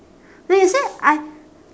then you said I